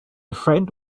friend